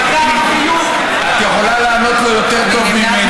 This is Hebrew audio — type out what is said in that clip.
את יכולה לענות לו יותר טוב ממני.